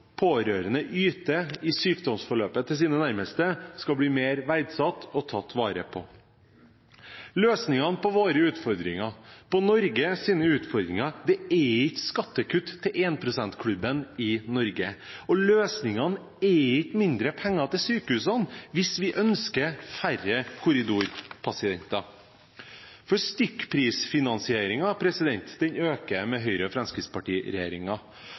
pårørende yter i sykdomsforløpet til sine nærmeste, skal bli mer verdsatt og pårørende tatt vare på. Løsningene på våre utfordringer, på Norges utfordringer, er ikke skattekutt til 1 pst.-klubben i Norge. Løsningene er ikke mindre penger til sykehusene, hvis vi ønsker færre korridorpasienter. Stykkprisfinansieringen øker med